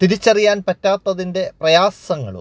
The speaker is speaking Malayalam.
തിരിച്ചറിയാൻ പറ്റാത്തതിൻ്റെ പ്രയാസങ്ങളും